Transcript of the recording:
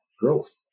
growth